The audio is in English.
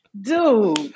dude